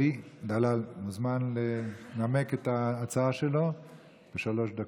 אלי דלל מוזמן לנמק את ההצעה שלו בשלוש דקות.